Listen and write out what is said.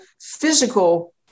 physical